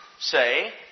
say